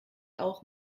auch